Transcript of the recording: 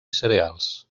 cereals